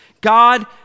God